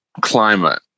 climate